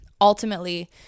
ultimately